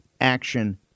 action